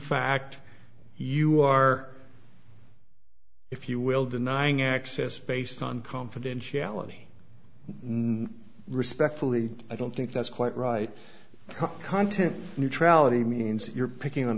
fact you are if you will denying access based on confidentiality no respectfully i don't think that's quite right content neutrality means you're picking on